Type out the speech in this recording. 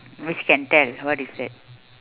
which can tell what is that